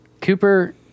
Cooper